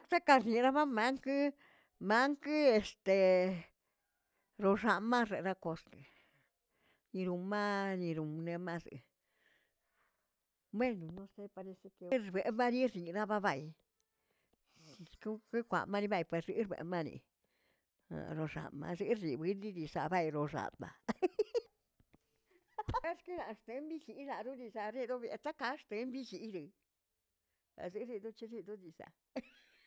Chekarnieraꞌ mamanki mankie este, xoxamaꞌ axexakoꞌxteꞌ yirumar yiru nemaseꞌe, bennu erbeꞌe mariexieꞌ xababayꞌ eskokeꞌkwaꞌ maribeꞌbə pexixꞌrbeꞌ mani, lo xama' xixibibi diisaꞌa baydii lo xamaꞌ axkinaꞌa axt embichixaꞌa aroritzaꞌ rerobertaꞌ kaꞌax̱ꞌtembishiyiili, azeriroli chenolizaꞌ.